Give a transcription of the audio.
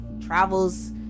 travels